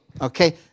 Okay